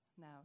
now